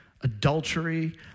adultery